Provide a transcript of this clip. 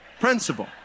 principle